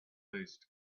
faced